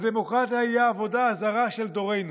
הדמוקרטיה היא העבודה הזרה של דורנו,